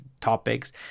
topics